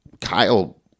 Kyle